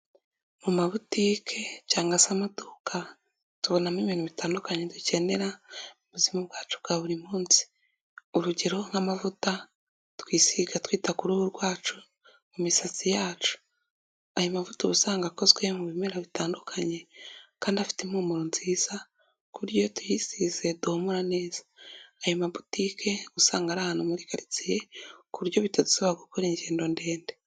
Mu mabotike cyangwa se amaduka, tubonamo ibintu bitandukanye dukenera mu buzima bwacu bwa buri munsi. Urugero nk'amavuta twisiga twita ku ruhu rwacu, imisatsi yacu, ayo mavuta ubusanzwe akozwe mu bimera bitandukanye kandi afite impumuro nziza, ku buryo iyo tuyisize duhumura neza. Ayo mabotike, uba usanga ari ahantu muri karitsiye ku buryo bitasaba gukora ingendo ndende.